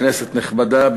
כנסת נכבדה,